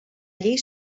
llei